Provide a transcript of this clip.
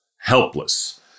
helpless